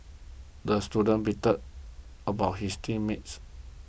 the student beefed about his team mates